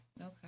Okay